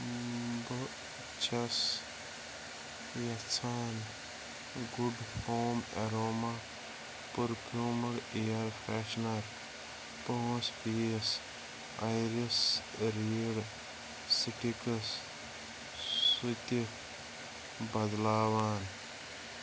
بہٕ چھَس یژھان good home aroma perfumed air freshener پانٛژھ پیٖس آرِس ریٖڈ سٹِکس سُہ تہِ بدلاوان